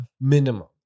Minimum